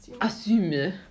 Assume